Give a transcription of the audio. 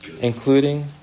Including